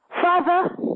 Father